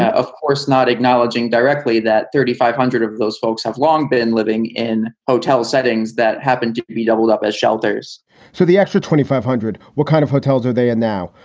ah of course, not acknowledging directly that thirty five hundred of those folks have long been living in hotel settings that happen to be doubled up as shelters for the extra twenty five hundred what kind of hotels are they in now?